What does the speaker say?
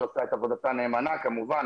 שעושה את עבודתה נאמנה כמובן,